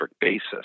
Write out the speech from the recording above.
basis